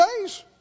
days